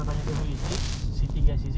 C I T Y